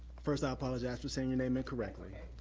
first i apologize for saying your name incorrectly.